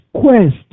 quest